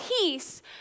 peace